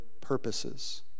purposes